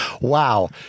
Wow